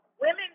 women